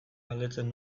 galdetzen